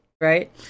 right